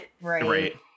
Right